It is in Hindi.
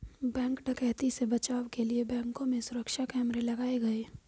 बैंक डकैती से बचाव के लिए बैंकों में सुरक्षा कैमरे लगाये गये